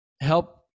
help